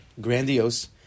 grandiose